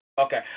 Okay